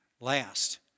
Last